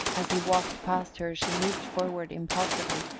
as he walked past her she moved forward impulsively,